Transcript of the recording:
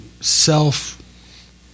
self